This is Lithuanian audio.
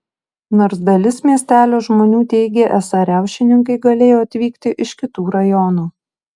nors dalis miestelio žmonių teigė esą riaušininkai galėjo atvykti iš kitų rajonų